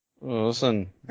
Listen